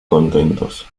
contentos